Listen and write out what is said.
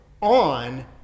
on